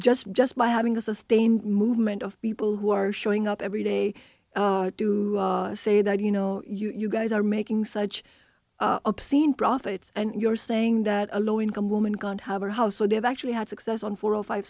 just just by having a sustained movement of people who are showing up every day who say that you know you guys are making such obscene profits and you're saying that a low income woman can't have a house so they've actually had success on four or five